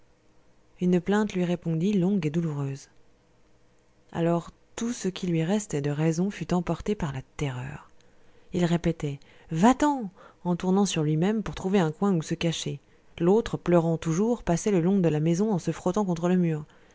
une plainte lui répondit longue et douloureuse alors tout ce qui lui restait de raison fut emporté par la terreur il répétait va-t-en en tournant sur lui-même pour trouver un coin où se cacher l'autre pleurant toujours passait le long de la maison en se frottant contre le mur